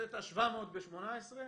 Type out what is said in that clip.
הוצאת 700 ב-18'